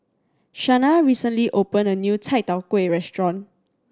Shana recently open a new Chai Tow Kuay restaurant